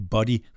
Body